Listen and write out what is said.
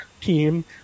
team